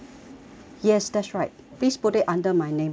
yes that's right please put it under my name